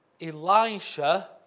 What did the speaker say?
Elisha